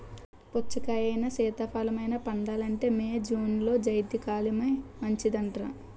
పుచ్చకాయలైనా, సీతాఫలమైనా పండాలంటే మే, జూన్లో జైద్ కాలమే మంచిదర్రా